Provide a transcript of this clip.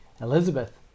Elizabeth